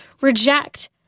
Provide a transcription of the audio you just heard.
reject